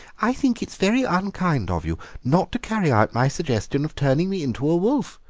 i think it very unkind of you not to carry out my suggestion of turning me into a wolf,